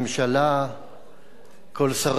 כל שרי הממשלה,